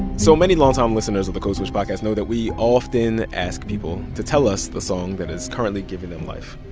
so many longtime listeners of the code switch podcast know that we often ask people to tell us the song that is currently giving them life.